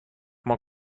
اما